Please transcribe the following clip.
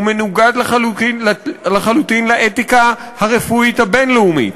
הוא מנוגד לחלוטין לאתיקה הרפואית הבין-לאומית.